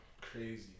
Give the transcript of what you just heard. Crazy